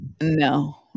No